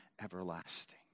everlasting